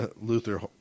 Luther